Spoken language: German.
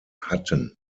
hatten